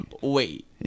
Wait